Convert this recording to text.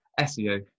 SEO